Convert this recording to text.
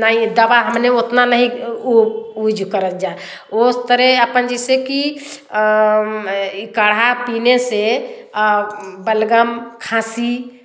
नहीं दवा हमने उतना नहीं यूज़ करते हैं उस तरह आपन जैसे कि यह काढ़ा पीने से बलगम खाँसी